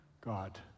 God